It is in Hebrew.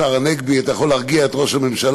השר הנגבי, אתה יכול להרגיע את ראש הממשלה.